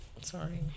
sorry